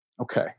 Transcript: Okay